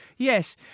Yes